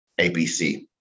ABC